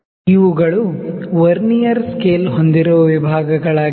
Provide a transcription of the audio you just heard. ಇವುಗಳು vernier scale ಹೊಂದಿರುವ ವಿಭಾಗಗಳಾಗಿವೆ